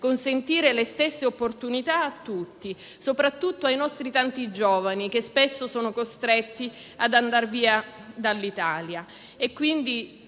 consentire le stesse opportunità a tutti, soprattutto ai nostri tanti giovani che spesso sono costretti ad andar via dall'Italia.